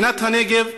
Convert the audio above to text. במדינת הנגב,